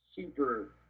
super